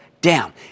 Down